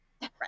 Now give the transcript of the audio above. Right